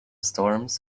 storms